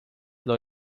los